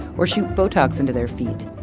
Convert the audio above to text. or shoot botox into their feet,